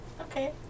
okay